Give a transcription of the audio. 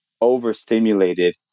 overstimulated